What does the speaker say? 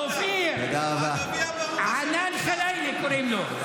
אופיר, ענאן ח'לאילה, קוראים לו.